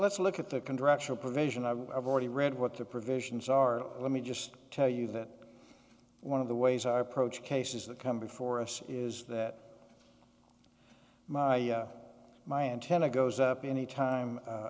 let's look at the congressional provision i have already read what the provisions are let me just tell you that one of the ways our approach cases that come before us is that my my antenna goes up any time